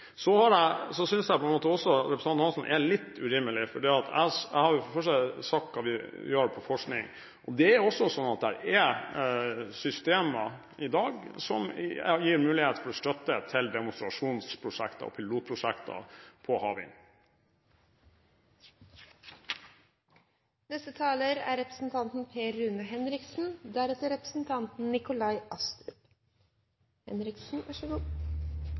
Så synes jeg på en måte også at representanten Hansson er litt urimelig. Jeg har for det første sagt hva vi gjør innen forskning. Det er også systemer i dag som gir mulighet for støtte til demonstrasjonsprosjekter og pilotprosjekter på